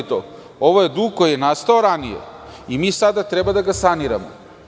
Ovo je dug koji je nastao ranije i mi sada treba da ga saniranomo.